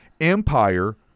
Empire